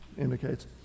indicates